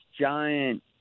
giant